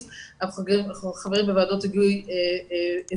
אנחנו חברים בוועדת היגוי ארצית,